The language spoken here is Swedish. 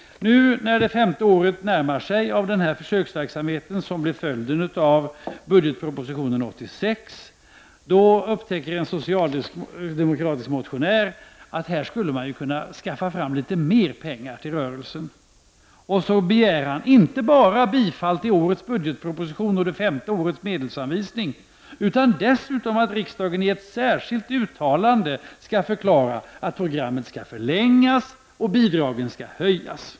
Nu när det femte året närmar sig av den försöksverksamhet som blev följden av budgetpropositionen 1986, upptäcker en socialdemokratisk motionär att man här skulle kunna skaffa fram litet mer pengar till rörelsen. Då yrkar han inte bara bifall till årets budgetproposition och medelsanvisning för det femte året utan dessutom att riksdagen i ett särskilt uttalande skall förklara att programmet skall förlängas och bidragen skall höjas.